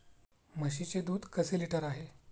म्हशीचे दूध कसे लिटर आहे?